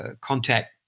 contact